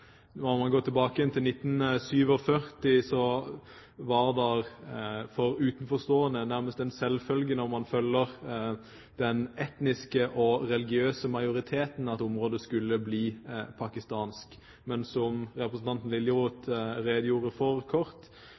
Når man går tilbake til 1947, var det for utenforstående nærmest en selvfølge, når man følger den etniske og religiøse majoriteten, at området skulle bli pakistansk. Men som representanten Liljeroth kort redegjorde for,